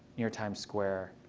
near times square.